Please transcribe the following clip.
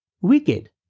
Wicked